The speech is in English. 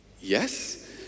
Yes